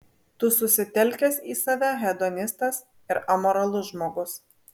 tu susitelkęs į save hedonistas ir amoralus žmogus